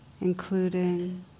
including